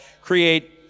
create